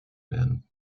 werden